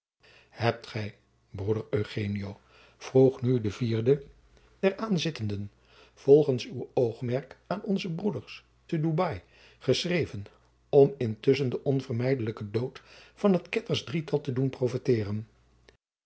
hebt gij broeder eugenio vroeg nu de vierde der aanzittenden volgens uw oogmerk aan onze broeders te douai geschreven om intusschen den onvermijdelijken dood van het kettersch drietal te doen profeteeren